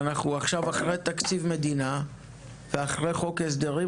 אנחנו עכשיו אחרי תקציב מדינה ואחרי חוק ההסדרים,